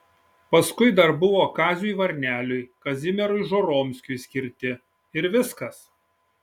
paskui dar buvo kaziui varneliui kazimierui žoromskiui skirti ir viskas